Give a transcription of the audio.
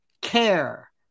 care